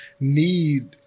need